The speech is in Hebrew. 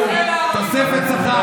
אין שום סיבה שאתה לא תלך להתגייס.